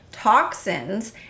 toxins